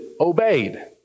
obeyed